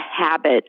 habit